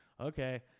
okay